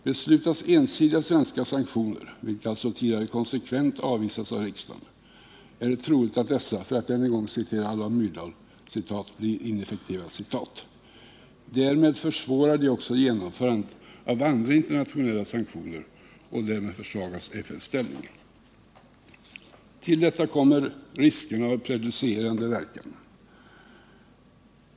Beslutas ensidiga svenska aktioner, vilka alltså tidigare konsekvent avvisats av riksdagen, är det troligt att dessa, för att än en gång citera Alva Myrdal, ”blir ineffektiva”. Därmed försvårar de också genomförandet av andra internationella sanktioner och därmed försvagas FN:s ställning. Till detta kommer riskerna av en prejudicerande verkan.